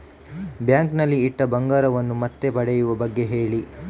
bank ನಲ್ಲಿ ಇಟ್ಟ ಬಂಗಾರವನ್ನು ಮತ್ತೆ ಪಡೆಯುವ ಬಗ್ಗೆ ಹೇಳಿ